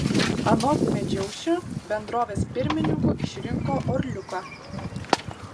anot medžiaušio bendrovės pirmininku išrinko orliuką